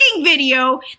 video